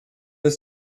ist